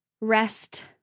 rest